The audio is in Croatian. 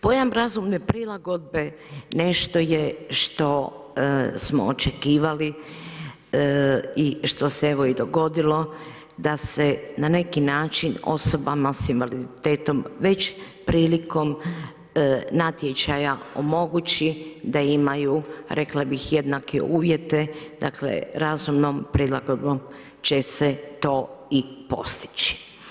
Pojam razumne prilagodbe nešto je što smo očekivali i što se evo i dogodilo da se na neki način osobama sa invaliditetom već prilikom natječaja omogući da imaju, rekla bih jednake uvjete, dakle razumnom prilagodbom će se to i postići.